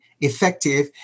effective